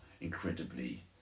incredibly